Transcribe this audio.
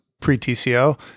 pre-TCO